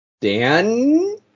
Dan